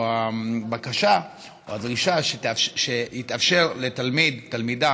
או הבקשה או הדרישה שיתאפשר לתלמיד ותלמידה